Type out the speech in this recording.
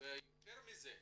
ויותר מזה,